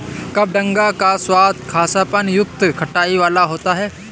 कबडंगा का स्वाद कसापन युक्त खटाई वाला होता है